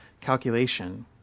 calculation